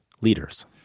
leaders